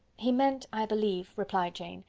he meant i believe, replied jane,